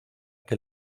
que